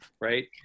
right